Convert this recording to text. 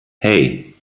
hei